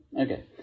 okay